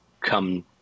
come